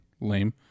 Lame